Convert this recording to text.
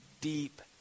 deep